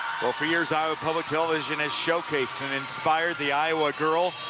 for years, iowa public television has showcased and inspired the iowa girl,